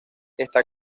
está